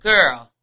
Girl